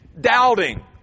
doubting